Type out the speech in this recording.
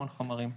המון חומרים.